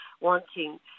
wanting